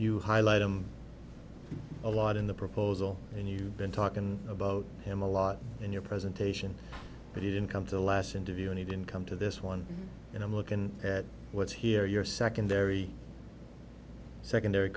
you highlight them a lot in the proposal and you been talking about him a lot in your presentation but in come to the last interview and he didn't come to this one and i'm looking at what's here your secondary secondary